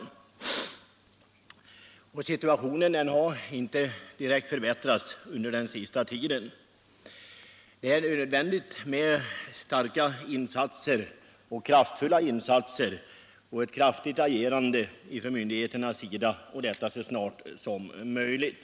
Om åtgärder för att Situationen har inte förbättrats under den senaste tiden, utan det är nöd = lösa sysselsättningsvändigt att kraftfulla insatser liksom ett starkt agerande av myndighe = problemen i terna företas snarast möjligt.